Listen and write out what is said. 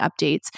updates